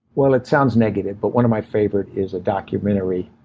well, it sounds negative, but one of my favorite is a documentary.